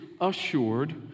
assured